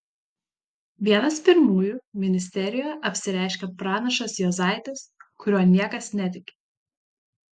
vienas pirmųjų ministerijoje apsireiškia pranašas juozaitis kuriuo niekas netiki